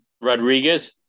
Rodriguez